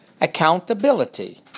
Accountability